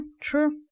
true